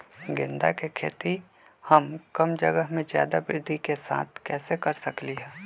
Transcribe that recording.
गेंदा के खेती हम कम जगह में ज्यादा वृद्धि के साथ कैसे कर सकली ह?